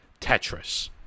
Tetris